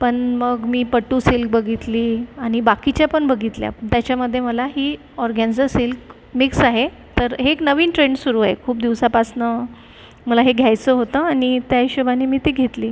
पण मग मी पट्टू सिल्क बघितली आणि बाकीच्या पण बघितल्या त्याच्यामध्ये मला ही ऑरग्यान्झा सिल्क मिक्स आहे तर हे एक नवीन ट्रेन्ड सुरु आहे खूप दिवसापासून मला हे घ्यायचं होतं आणि त्या हिशेबाने मी ती घेतली